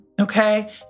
okay